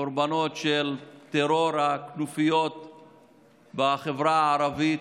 קורבנות של טרור הכנופיות בחברה הערבית